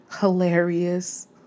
hilarious